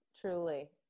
truly